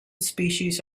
species